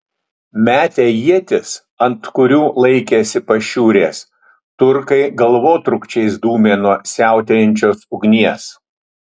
metę ietis ant kurių laikėsi pašiūrės turkai galvotrūkčiais dūmė nuo siautėjančios ugnies